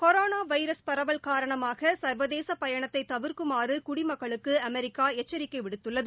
corona virus பரவல் காரணமாக சள்வதேச பயணத்தை தவிா்க்குமாறு குடிமக்களுக்கு அமெரிக்கா எச்சரிக்கை விடுத்துள்ளது